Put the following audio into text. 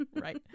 Right